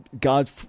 God